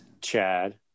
Chad